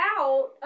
out